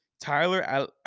Tyler